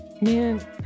Man